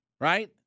Right